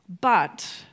But